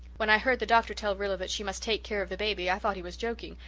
when i heard the doctor tell rilla that she must take care of the baby i thought he was joking,